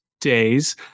days